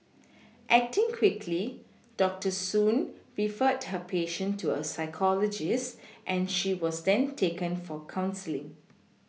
acting quickly doctor soon referred her patient to a psychologist and she was then taken for counselling